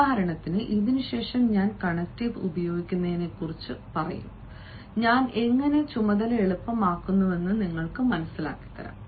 ഉദാഹരണത്തിന് ഇതിനുശേഷം ഞാൻ കണക്റ്റീവ് ഉപയോഗിക്കുമെന്ന് നിങ്ങൾ കാണുന്നു ഞാൻ എങ്ങനെ ചുമതല എളുപ്പമാക്കുന്നുവെന്ന് നിങ്ങൾ മനസ്സിലാക്കും